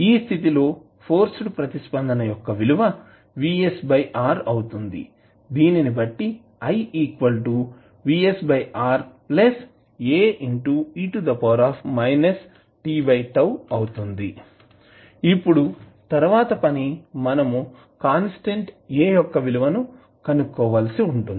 ఈ స్థితి లో ఫోర్స్డ్ ప్రతిస్పందన యొక్క విలువ VSR అవుతుంది దీనినిబట్టి i VS R Ae t ఇప్పుడుతరువాత పని మనము కాన్స్టాంట్ A యొక్క విలువను కనుక్కోవాల్సి ఉంటుంది